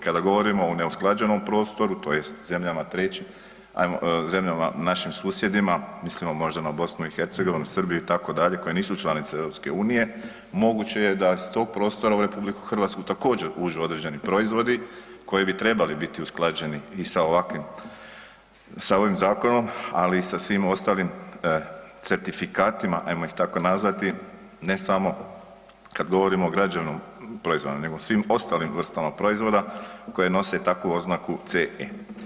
Kada govorimo o neusklađenom prostoru, tj. zemljama našim susjedima, mislimo možda na BiH, Srbiju itd., koje nisu članice EU-a, moguće je da iz tog prostora u RH također uđu određeni proizvodi koji bi trebali biti usklađeni i sa ovakvim, sa ovim zakonom ali i sa svim ostalim certifikatima, ajmo ih tako nazvati, ne samo kad govorimo o građevnom proizvodu nego o svim ostalim vrstama proizvoda koje nose takvu oznaku CE.